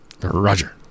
Roger